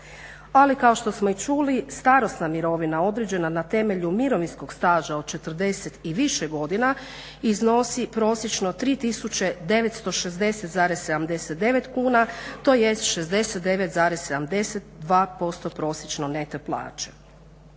Ali kao što smo i čuli, starosna mirovina određena na temelju mirovinskog staža od 40 i više godina iznosi prosječno 3960,79 kuna tj. 69,72% prosječne neto plaće.